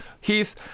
Heath